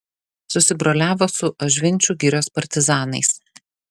susibroliavo su ažvinčių girios partizanais